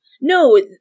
no